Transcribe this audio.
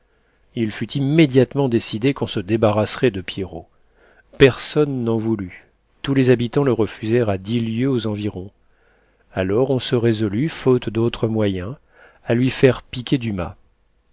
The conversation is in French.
il fut immédiatement décidé qu'on se débarrasserait de pierrot personne n'en voulut tous les habitants le refusèrent à dix lieues aux environs alors on se résolut faute d'autre moyen à lui faire piquer du